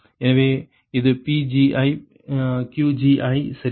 எனவே இது PgiQgi சரியா